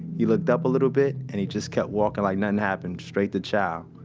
he looked up a little bit, and he just kept walking like nothing happened, straight to chow.